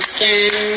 Skin